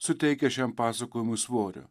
suteikia šiam pasakojimui svorio